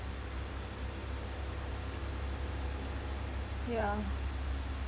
yeah